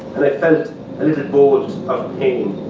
and i felt a little bolt of pain,